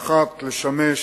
האחת, לשמש